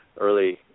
early